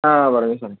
ആ പറയൂ